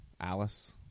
alice